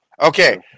Okay